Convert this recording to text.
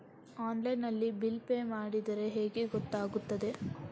Online ನಲ್ಲಿ bill pay ಮಾಡಿದ್ರೆ ಹೇಗೆ ಗೊತ್ತಾಗುತ್ತದೆ?